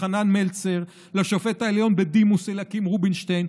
חנן מלצר ולשופט העליון בדימוס אליקים רובינשטיין.